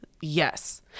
Yes